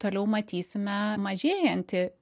toliau matysime mažėjantį